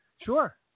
Sure